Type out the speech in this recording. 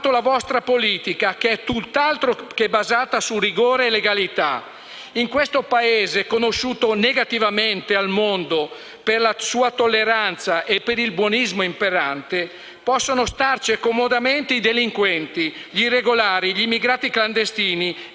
per la sua tolleranza e per il buonismo imperante, possono starci comodamente i delinquenti, gli irregolari, gli immigrati clandestini e le cose irregolari, tanto arrivate voi a sanare tutto. Altro che rimpatri! Una protezione umanitaria non la negate quasi mai,